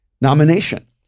nomination